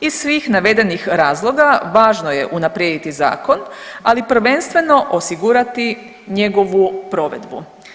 Iz svih navedenih razloga važno je unaprijediti zakon, ali prvenstveno osigurati njegovu provedbu.